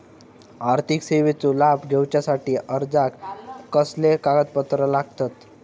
आर्थिक सेवेचो लाभ घेवच्यासाठी अर्जाक कसले कागदपत्र लागतत?